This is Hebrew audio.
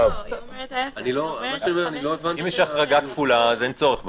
אם יש החרגה כפולה, אז אין צורך בה.